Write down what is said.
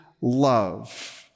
love